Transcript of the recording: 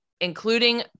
including